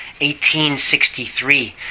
1863